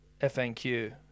FNQ